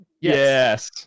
Yes